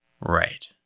Right